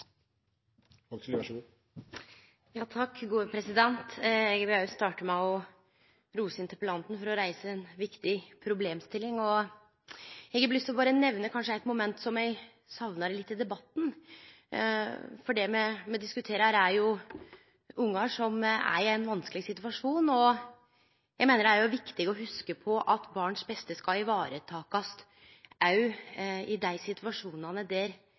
vil òg starte med å rose interpellanten for å reise ei viktig problemstilling. Eg har lyst å nemne eit moment som eg saknar litt i debatten. Det me diskuterer, er ungar som er i ein vanskeleg situasjon, og eg meiner at det er viktig å hugse på at barnets beste skal varetakast òg i dei situasjonane der